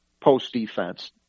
post-defense